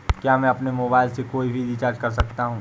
क्या मैं अपने मोबाइल से कोई भी रिचार्ज कर सकता हूँ?